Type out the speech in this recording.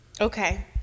okay